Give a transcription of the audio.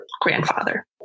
grandfather